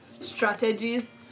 strategies